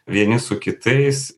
vieni su kitais